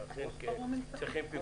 שאכן כן -- פיקוח